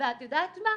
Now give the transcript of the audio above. ואת יודעת מה,